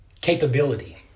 capability